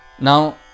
Now